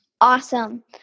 Awesome